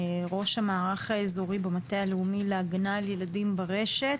ראש המערך האזורי במטה הלאומי להגנה על ילדים ברשת,